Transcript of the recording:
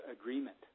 agreement